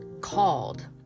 called